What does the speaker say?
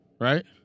right